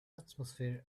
atmosphere